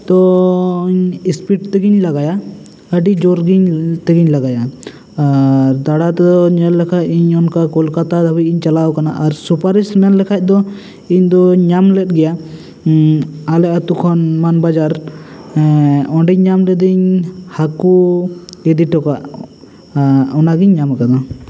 ᱫᱚ ᱤᱥᱯᱤᱰ ᱛᱮᱦᱮᱧ ᱞᱟᱜᱟᱣᱟ ᱟ ᱰᱤ ᱡᱩᱨ ᱜᱮ ᱛᱮᱜᱮᱧ ᱞᱟᱜᱟᱭ ᱟᱨ ᱫᱟᱬᱟ ᱫᱚ ᱧᱮᱞ ᱞᱮᱠᱷᱟᱡ ᱤᱧ ᱚᱱᱠᱟ ᱠᱳᱞᱠᱟᱛᱟ ᱦᱟᱹᱵᱤᱡ ᱤᱧ ᱪᱟᱞᱟᱣ ᱟᱠᱟᱱᱟ ᱟᱨ ᱥᱩᱯᱟᱨᱤᱴ ᱢᱮᱱ ᱞᱮᱠᱷᱟᱡ ᱫᱚ ᱤᱧᱫᱚᱹᱧ ᱧᱟᱢ ᱞᱮᱜ ᱜᱮᱭᱟ ᱟᱞᱮ ᱟᱛᱳ ᱠᱷᱚᱱ ᱢᱟᱱᱵᱟᱡᱟᱨ ᱮ ᱚᱸᱰᱮᱧ ᱧᱟᱢ ᱞᱮᱫᱮᱧ ᱦᱟᱹᱠᱩ ᱤᱫᱤ ᱴᱚᱠᱟᱜ ᱚᱱᱟ ᱜᱮᱧ ᱧᱟᱢ ᱟᱠᱟᱫᱟ